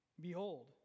Behold